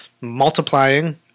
multiplying